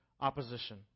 Opposition